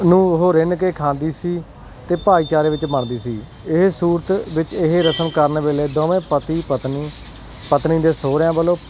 ਨੂੰ ਉਹ ਰਿਨ੍ਹ ਕੇ ਖਾਂਦੀ ਸੀ ਅਤੇ ਭਾਈਚਾਰੇ ਵਿੱਚ ਵੰਡਦੀ ਸੀ ਇਹ ਸੁਰਤ ਵਿੱਚ ਇਹ ਰਸਮ ਕਰਨ ਵੇਲੇ ਦੋਵੇਂ ਪਤੀ ਪਤਨੀ ਪਤਨੀ ਦੇ ਸਹੁਰਿਆਂ ਵੱਲੋਂ